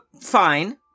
Fine